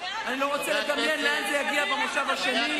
ואני לא רוצה לדמיין לאן זה יגיע במושב השני.